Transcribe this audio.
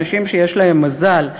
של אנשים שיש להם מזל.